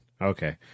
Okay